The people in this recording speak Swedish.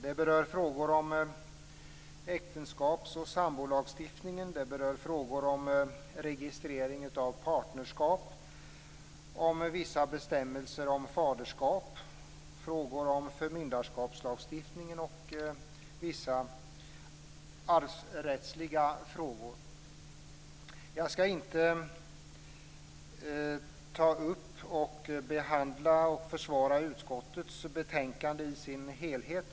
Det är frågor om äktenskaps och sambolagstiftningen, det är frågor om registrering av partnerskap, om vissa bestämmelser om faderskap, frågor om förmyndarskapslagstiftningen och vissa arvsrättsliga frågor. Jag skall inte ta upp och behandla utskottets betänkande i dess helhet.